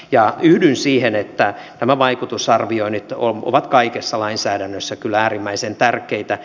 ja yhdyn siihen että nämä vaikutusarvioinnit ovat kaikessa lainsäädännössä kyllä äärimmäisen tärkeitä